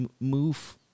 move